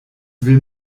will